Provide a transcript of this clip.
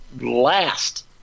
last